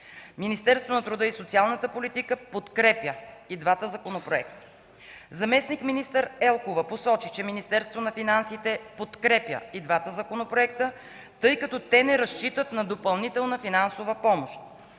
Министерството на труда и социалната политика подкрепя и двата законопроекта. Заместник-министър Елкова посочи, че Министерството на финансите подкрепя и двата законопроекта, тъй като те не разчитат на допълнителна финансова помощ.